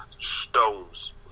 Stones